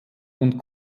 und